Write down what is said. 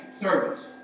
service